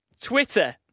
Twitter